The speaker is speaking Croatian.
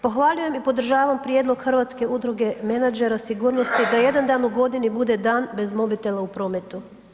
Pohvaljujem i podržavam prijedlog Hrvatske udruge menadžera sigurnosti da jedan dan u godini bude dan bez mobitela u prometu.